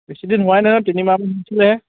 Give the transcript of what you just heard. বেছি দিন হোৱাই নাই নহয় তিনিমাহ মাহ মান হৈছিলেহে